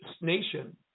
nation